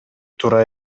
туура